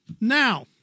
Now